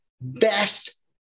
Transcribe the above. best